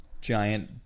giant